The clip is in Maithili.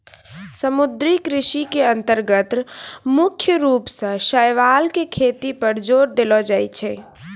समुद्री कृषि के अन्तर्गत मुख्य रूप सॅ शैवाल के खेती पर जोर देलो जाय छै